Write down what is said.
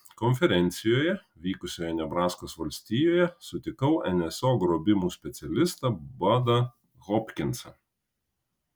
konferencijoje vykusioje nebraskos valstijoje sutikau nso grobimų specialistą budą hopkinsą